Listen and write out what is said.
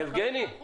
יבגני,